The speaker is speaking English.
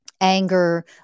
anger